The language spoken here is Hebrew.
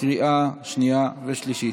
לקריאה שנייה ושלישית.